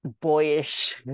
boyish